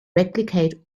replicate